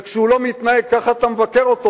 וכשהוא לא מתנהג ככה אתה מבקר אותו,